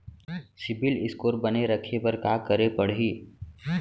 CIBIL score बने रखे बर का करे पड़ही?